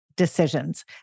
decisions